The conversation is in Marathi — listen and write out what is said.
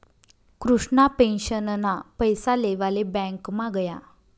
कृष्णा पेंशनना पैसा लेवाले ब्यांकमा गया